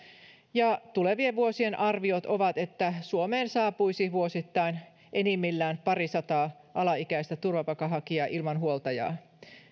ja tulevien vuosien arviot ovat että suomeen saapuisi vuosittain enimmillään parisataa alaikäistä turvapaikanhakijaa ilman huoltajaa